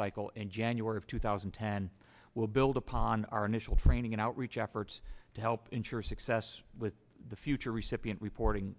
cycle and january of two thousand and ten will build upon our initial training and outreach efforts to help ensure success with the future recipient reporting